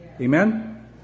Amen